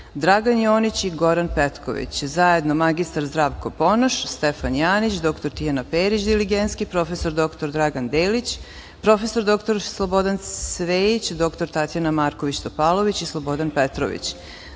Dragan Jonić i Goran Petković, zajedno: mr Zdravko Ponoš, Stefan Janić, dr Tijana Perić Diligenski, prof. dr Dragan Belić, prof. dr Slobodan Cvejić, dr Tatjana Marković Topalović i Slobodan Petrović,